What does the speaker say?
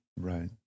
Right